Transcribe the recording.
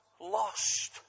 lost